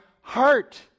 heart